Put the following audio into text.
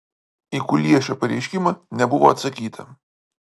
į kuliešio pareiškimą nebuvo atsakyta